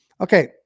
Okay